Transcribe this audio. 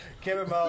Kevin